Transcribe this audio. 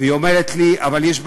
והיא אומרת לי: אבל יש בעל-בית,